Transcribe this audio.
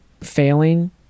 failing